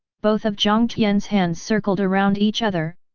both of jiang tian's hands circled around each other,